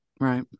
Right